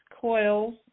coils